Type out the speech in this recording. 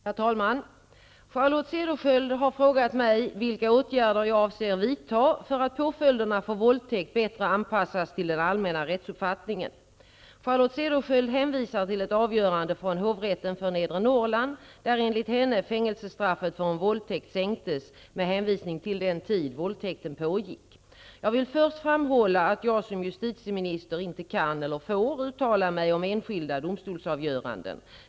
Herr talman! Charlotte Cederschiöld har frågat mig vilka åtgärder jag avser att vidta för att påföljderna för våldtäkt bättre anpassas till den allmänna rättsuppfattningen. Charlotte Cederschiöld hänvisar till ett avgörande från hovrätten för Nedre Norrland, där enligt henne fängelsestraffet för en våldtäkt sänktes med hänvisning till den tid våldtäkten pågick. Jag vill först framhålla att jag som justitieminister inte kan eller får uttala mig om enskilda domstolsavgöranden.